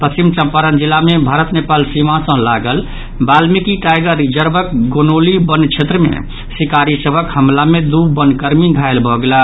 पश्चिम चंपारण जिला मे भारत नेपाल सीमा सॅ लागल बाल्मीकि टाइगर रिजर्वक गोनौली वन क्षेत्र मे शिकारी सभक हमला मे दू वनकर्मी घायल भऽ गेलाह